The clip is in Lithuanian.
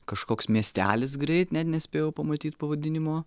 kažkoks miestelis greit net nespėjau pamatyt pavadinimo